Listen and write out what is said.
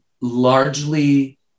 largely